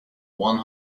one